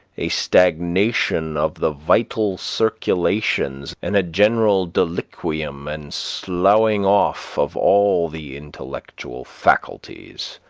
a stagnation of the vital circulations, and a general deliquium and sloughing off of all the intellectual faculties.